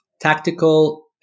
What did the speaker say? tactical